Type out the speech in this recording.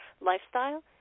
lifestyle